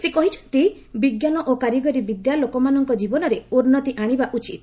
ସେ କହିଛନ୍ତି ବିଜ୍ଞାନ ଓ କାରିଗରୀ ବିଦ୍ୟା ଲୋକମାନଙ୍କ ଜୀବନରେ ଉନ୍ନତି ଆଶିବା ଉଚିତ